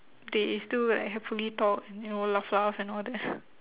they still like happily talk you know laugh laugh and all that